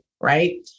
right